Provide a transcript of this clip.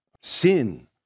Sin